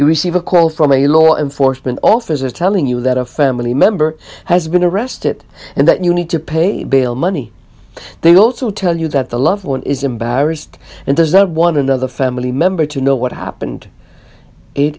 you receive a call from a law enforcement officer telling you that a family member has been arrested and that you need to pay bail money they also tell you that the loved one is embarrassed and deserve one another family member to know what happened it